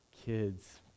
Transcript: kids